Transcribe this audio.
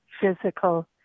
physical